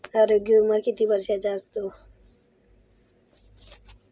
आरोग्य विमा किती वर्षांचा असतो?